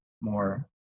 more